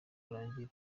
urangire